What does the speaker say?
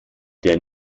der